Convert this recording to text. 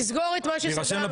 זה יירשם בפרוטוקול.